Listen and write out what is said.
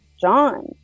John